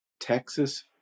Texas